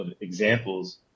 examples